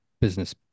business